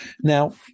Now